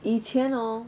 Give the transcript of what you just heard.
以前 hor